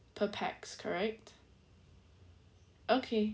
per pax correct okay